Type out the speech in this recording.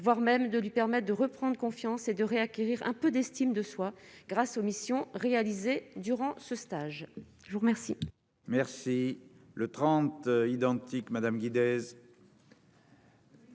voire même de lui permettent de reprendre confiance et de re-acquérir un peu d'estime de soi, grâce aux missions réalisées durant ce stage, je vous remercie. Merci. Le 30 identique Madame. Oui en